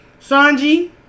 Sanji